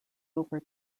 over